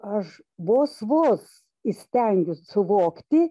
aš vos vos įstengi suvokti